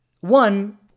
one